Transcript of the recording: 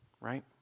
Right